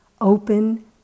open